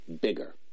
bigger